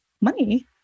money